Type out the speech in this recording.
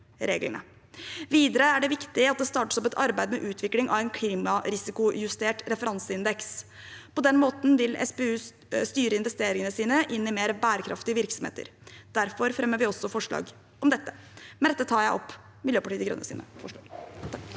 Videre er det viktig at det startes opp et arbeid med utvikling av en klimarisikojustert referanseindeks. På den måten vil SPU styre investeringene sine inn i mer bærekraftige virksomheter. Derfor fremmer vi også forslag om dette. Statsråd Trygve Slagsvold Vedum